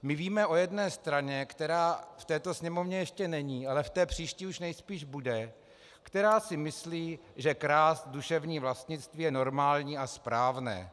My víme o jedné straně, která v této Sněmovně ještě není, ale v té příští už nejspíš bude, která si myslí, že krást duševní vlastnictví je normální a správné.